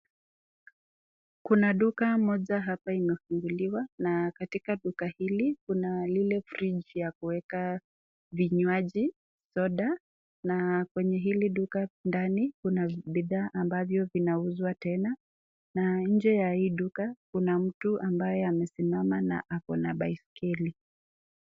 Kuna duka moja hapa imefunguliwa, na katika duka hili kuna lile friji ya kuweka vinywaji soda, na kwenye hili duka ndani kuna bidhaa ambavyo vinauzwa tena, na nje ya hii duka kuna mtu ambaye amesimama na ako na baiskeli.